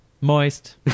Moist